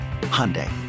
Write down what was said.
Hyundai